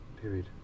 period